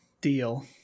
deal